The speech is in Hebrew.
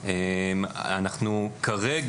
הקופות,